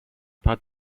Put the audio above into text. putt